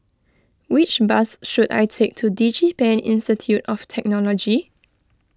which bus should I take to DigiPen Institute of Technology